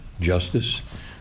justice